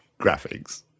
graphics